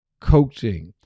coaching